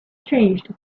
changed